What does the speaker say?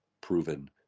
proven